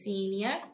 Senior